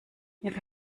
ihre